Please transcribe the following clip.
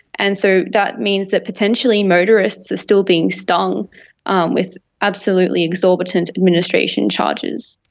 and so that means that potentially motorists are still being stung um with absolutely exorbitant administration charges.